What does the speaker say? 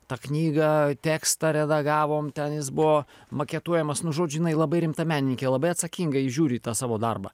tą knygą tekstą redagavom ten jis buvo maketuojamas nu žodžiu jinai labai rimta menininkė labai atsakingai žiūri į tą savo darbą